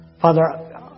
Father